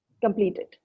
completed